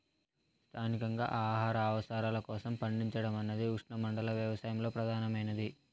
స్థానికంగా ఆహార అవసరాల కోసం పండించడం అన్నది ఉష్ణమండల వ్యవసాయంలో ప్రధానమైనది